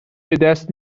بدست